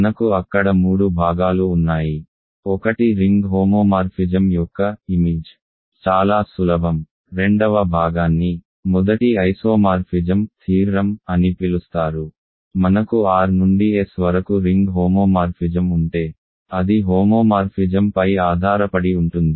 మనకు అక్కడ మూడు భాగాలు ఉన్నాయి ఒకటి రింగ్ హోమోమార్ఫిజం యొక్క చిత్రం చాలా సులభం రెండవ భాగాన్ని మొదటి ఐసోమార్ఫిజం సిద్ధాంతం అని పిలుస్తారు మనకు R నుండి S వరకు రింగ్ హోమోమార్ఫిజం ఉంటే అది హోమోమార్ఫిజం పై ఆధారపడి ఉంటుంది